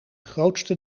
grootste